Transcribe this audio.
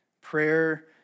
Prayer